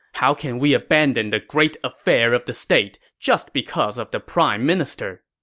how can we abandon the great affair of the state just because of the prime minister?